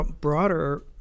broader